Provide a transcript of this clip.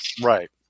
right